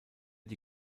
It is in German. die